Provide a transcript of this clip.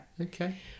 Okay